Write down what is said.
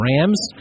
Rams